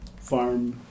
farm